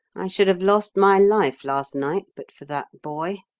i should have lost my life last night but for that boy.